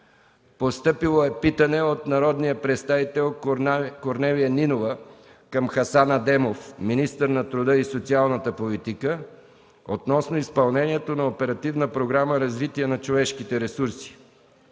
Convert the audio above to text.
на 5 юли 2013 г.; - народния представител Корнелия Нинова към Хасан Адемов – министър на труда и социалната политика, относно изпълнението на Оперативна програма „Развитие на човешките ресурси”.